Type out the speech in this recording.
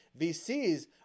VCs